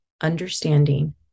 understanding